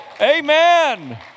Amen